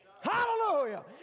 Hallelujah